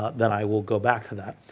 ah then i will go back to that.